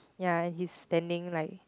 ya and he's standing like